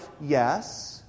yes